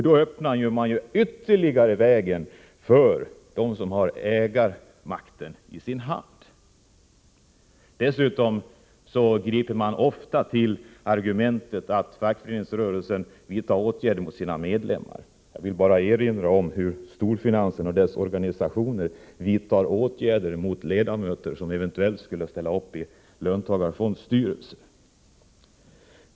Då öppnar man ju ytterligare vägen för dem som har ägarmakten i sin hand. Dessutom griper man ofta till argumentet att fackföreningsrörelsen vidtar åtgärder mot sina medlemmar. Jag vill bara erinra om hur storfinansen och dess organisationer vidtar åtgärder mot personer som eventuellt skulle ställa upp i löntagarfondsstyrelser.